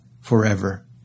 forever